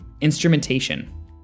instrumentation